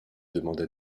demanda